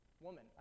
woman